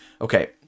Okay